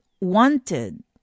wanted